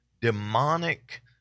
demonic